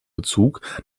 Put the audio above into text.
bezug